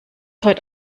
heute